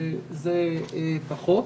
זה פחות מקובל.